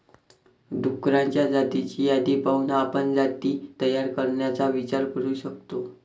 डुक्करांच्या जातींची यादी पाहून आपण जाती तयार करण्याचा विचार करू शकतो